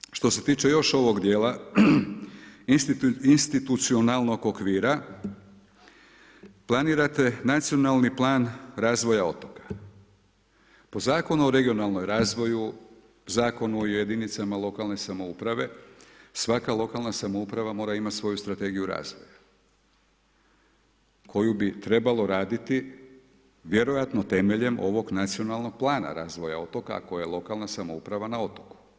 Kad se što se tiče još ovog djela institucionalnog okvira planirate nacionalni plan razvoja otoka, po Zakonu o regionalnom razvoju, Zakonu o jedinicama lokalne samouprave, svaka lokalna samouprava mora imati svoju strategiju razvoja koju bu trebalo raditi vjerovatno temeljem ovog nacionalnog plana razvija otoka ako je lokalna samouprava na otoku.